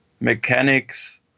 mechanics